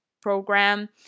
program